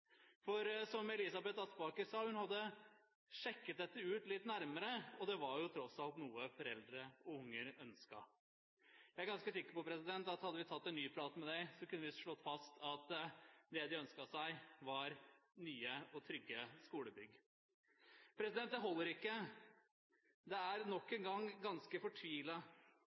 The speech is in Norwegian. For som Elisabeth Aspaker sa, hun hadde sjekket dette ut litt nærmere, og det var jo tross alt noe foreldre og unger ønsket. Jeg er ganske sikker på at hadde vi tatt en ny prat med dem, kunne vi slått fast at det de ønsket seg, var nye og trygge skolebygg. Det holder ikke. De er nok ganske